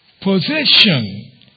possession